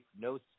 no